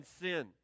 sin